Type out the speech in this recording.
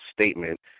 statement